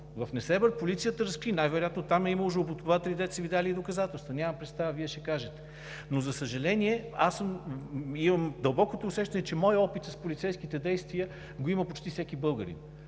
в Несебър полицията ги разкри, като най-вероятно е имало жалбоподатели, които са Ви дали доказателства. Нямам представа, но Вие ще кажете. За съжаление, аз имам дълбокото усещане, че моят опит с полицейските действия го има почти всеки българин.